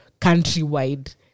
countrywide